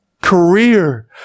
career